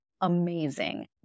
amazing